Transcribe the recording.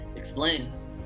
explains